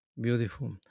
Beautiful